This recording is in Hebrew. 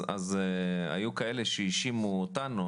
היו כאלה שהאשימו אותנו,